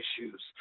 issues